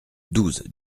douze